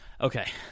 Okay